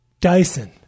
Dyson